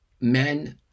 men